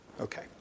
Okay